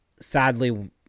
Sadly